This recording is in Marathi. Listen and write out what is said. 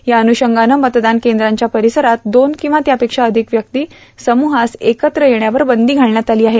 त्या अन्नषंगनं मतदान केंद्रांच्या परिसरात दोन किंवा त्यापेक्षा अधिक व्यक्ती सम्रुहास एकत्र येण्यावर बंदी घालण्यात आली आहे